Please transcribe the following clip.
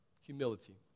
Humility